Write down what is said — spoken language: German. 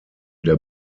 der